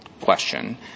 question